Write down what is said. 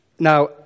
Now